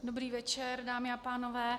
Dobrý večer, dámy a pánové.